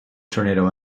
tornado